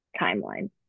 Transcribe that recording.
timeline